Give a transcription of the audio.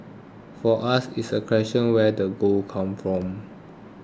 for us it's a question of where the gold comes from